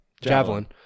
Javelin